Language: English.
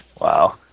Wow